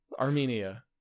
Armenia